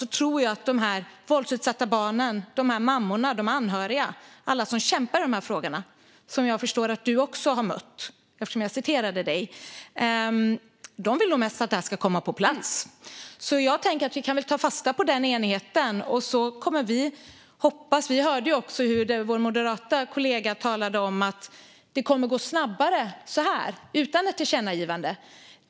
Jag tror att de våldsutsatta barnen, mammorna, anhöriga och alla som kämpar i de här frågorna - eftersom jag citerade Juno Blom förstår jag att även hon har mött dem - nog mest vill att detta ska komma på plats. Jag tänker därför att vi kan väl ta fasta på den enigheten. Vi hörde också hur vår moderata kollega talade om att det kommer att gå snabbare så här, utan ett tillkännagivande.